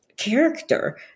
character